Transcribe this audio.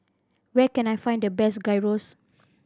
where can I find the best Gyros